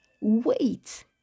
wait